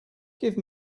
give